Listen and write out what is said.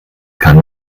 kann